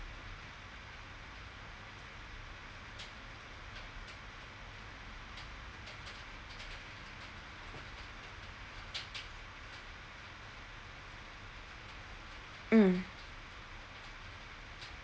mm